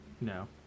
No